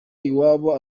iwabo